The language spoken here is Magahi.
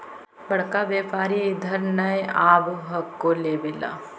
बड़का व्यापारि इधर नय आब हको लेबे ला?